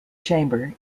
chamber